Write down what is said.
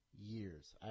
years